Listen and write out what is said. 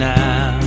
now